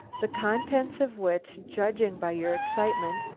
the contents of which, judging by your excitement,